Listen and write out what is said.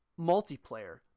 multiplayer